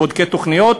בודקי תוכניות,